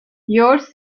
yours